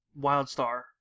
Wildstar